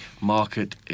market